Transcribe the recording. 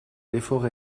l’effort